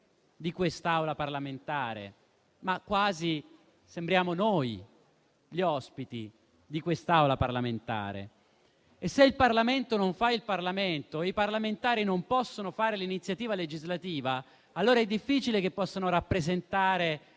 di quest'Aula parlamentare, ma quasi sembriamo noi gli ospiti di quest'Aula parlamentare. Se il Parlamento non fa il Parlamento e i parlamentari non possono espletare l'iniziativa legislativa, allora è difficile che essi possano rappresentare